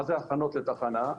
מה זה הכנות לתחנה?